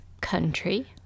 country